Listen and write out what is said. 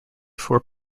four